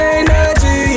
energy